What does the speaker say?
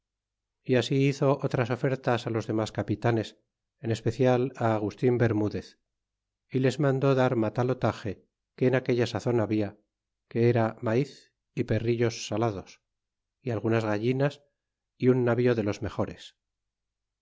y así hizo otras ofertas fi los domas capitanes en especial agustín bermudez y les mandó dar matalotage que en aquella sazon habla que era mai y perrillos salados y algunas gallinas y un navío de los mejores